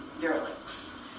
derelicts